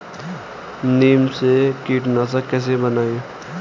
नीम से कीटनाशक कैसे बनाएं?